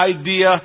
idea